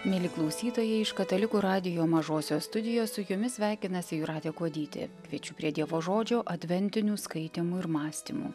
mieli klausytojai iš katalikų radijo mažosios studijos su jumis sveikinasi jūratė kuodytė kviečiu prie dievo žodžio adventinių skaitymų ir mąstymų